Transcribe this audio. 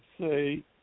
say